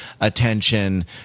attention